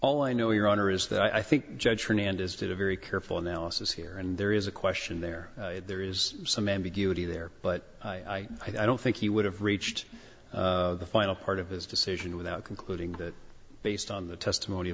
all i know your honor is that i think judge fernandez did a very careful analysis here and there is a question there there is some ambiguity there but i i don't think he would have reached the final part of his decision without concluding that based on the testimony